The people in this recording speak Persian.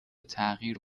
تغییر